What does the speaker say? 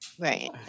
Right